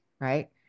right